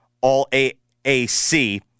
All-AAC